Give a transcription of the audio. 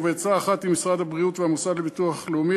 ובעצה אחת עם משרד הבריאות והמוסד לביטוח לאומי,